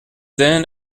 then